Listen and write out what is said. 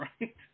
right